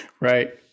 right